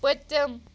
پٔتِم